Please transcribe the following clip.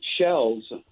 shells